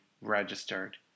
registered